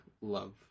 love